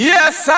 Yes